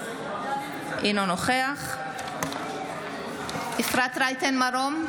אינו נוכח אפרת רייטן מרום,